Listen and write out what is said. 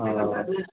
ओ